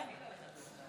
תודה רבה לך.